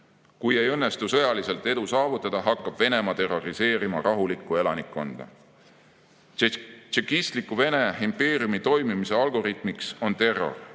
kui ei õnnestu sõjaliselt edu saavutada, hakkab Venemaa terroriseerima rahulikku elanikkonda. Tšekistliku Vene impeeriumi toimimise algoritmiks on terror.